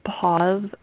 pause